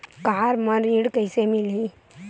Car म ऋण कइसे मिलही?